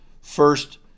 first